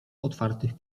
otwartych